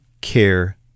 care